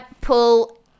pull